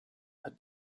had